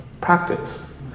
practice